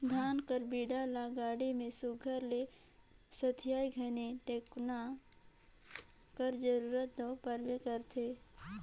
धान कर बीड़ा ल गाड़ा मे सुग्घर ले सथियाए घनी टेकोना कर जरूरत दो परबे करथे